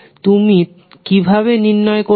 কিভাবে তুমি নির্ণয় করবে